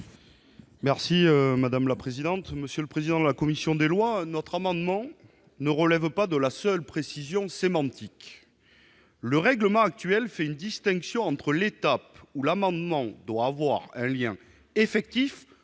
est à M. Fabien Gay. Monsieur le président de la commission des lois, les dispositions de notre amendement ne relèvent pas de la seule précision sémantique. Le règlement actuel fait une distinction entre l'étape où l'amendement doit avoir un lien effectif-